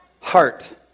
heart